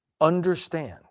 understand